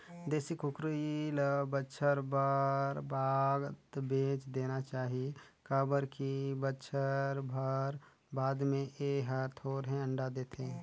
देसी कुकरी ल बच्छर भर बाद बेच देना चाही काबर की बच्छर भर बाद में ए हर थोरहें अंडा देथे